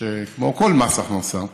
כמו כל מס הכנסה,